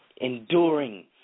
enduring